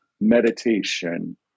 meditation